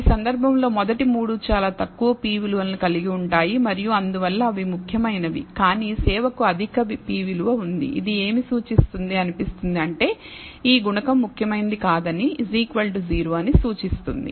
ఈ సందర్భంలో మొదటి మూడు చాలా తక్కువ p విలువలను కలిగి ఉంటాయి మరియు అందువల్ల అవి ముఖ్యమైనవి కానీ సేవకు అధిక p విలువ ఉంది ఇవి ఏమి సూచిస్తుంది అనిపిస్తుంది అంటే ఈ గుణకం ముఖ్యమైనది కాదని 0 అని సూచిస్తుంది